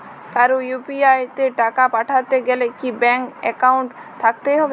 কারো ইউ.পি.আই তে টাকা পাঠাতে গেলে কি ব্যাংক একাউন্ট থাকতেই হবে?